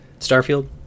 Starfield